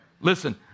Listen